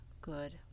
good